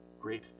great